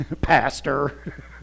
pastor